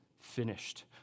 finished